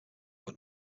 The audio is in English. were